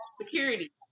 security